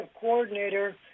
coordinator